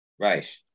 right